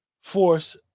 force